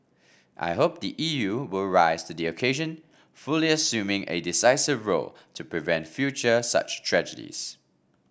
I hope the E U will rise to the occasion fully assuming a decisive role to prevent future such tragedies